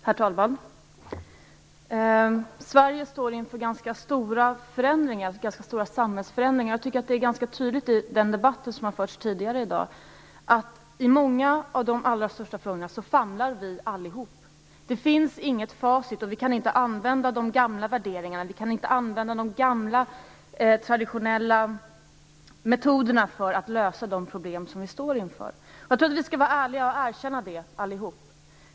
Herr talman! Sverige står inför ganska stora samhällsförändringar. Jag tycker att det framgår tydligt av den debatt som förts tidigare i dag att i många av de största frågorna famlar vi allihop. Det finns inget facit och vi kan inte använda de gamla värderingarna. Vi kan inte använda de gamla traditionella metoderna för att lösa de problem vi står inför. Vi skall vara ärliga och erkänna det.